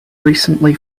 recently